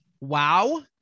Wow